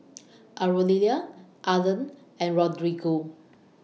Aurelia Arlen and Rodrigo